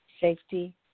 safety